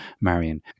Marion